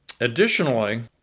Additionally